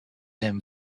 him